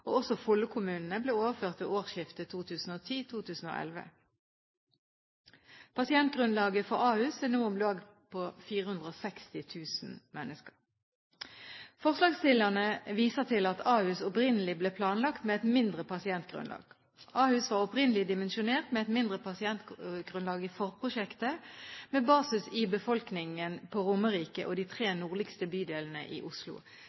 og også Follo-kommunene ble overført ved årsskiftet 2010/2011. Pasientgrunnlaget for Ahus er nå på om lag 460 000 mennesker. Forslagsstillerne viser til at Ahus opprinnelig ble planlagt med et mindre pasientgrunnlag. Ahus var opprinnelig dimensjonert med et mindre pasientgrunnlag i forprosjektet, med basis i befolkningen på Romerike og de tre nordligste bydelene i Oslo.